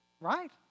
right